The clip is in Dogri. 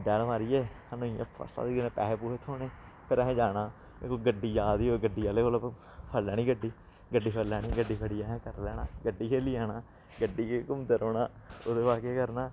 डैल मारियै सानूं इ'यां फर्स्ट क्लास तरीके कन्नै पैहे पूहे थ्होने फिर असें जाना कुतै गड्डी आ दी होऐ गड्डी आह्ले कोला फड़ी लैनी गड्डी गड्डी फड़ी लैनी गड्डी फड़ियै असें करी लैना गड्डी खेली जाना गड्डी च घूमदे रौह्ना ओह्दे बाद च केह् करना